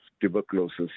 tuberculosis